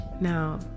now